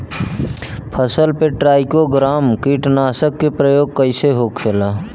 फसल पे ट्राइको ग्राम कीटनाशक के प्रयोग कइसे होखेला?